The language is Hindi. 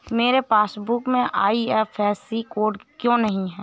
मेरे पासबुक में आई.एफ.एस.सी कोड क्यो नहीं है?